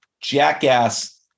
jackass